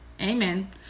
Amen